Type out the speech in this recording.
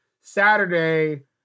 Saturday